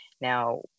Now